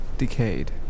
Decayed